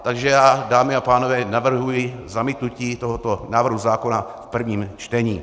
Takže já, dámy a pánové, navrhuji zamítnutí tohoto návrhu zákona v prvním čtení.